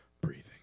breathing